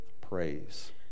praise